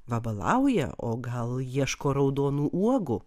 vabalauja o gal ieško raudonų uogų